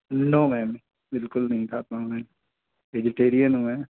no ma'am बिल्कुल नहीं खाता हूँ मैं वेजिटेरियन हूँ मैं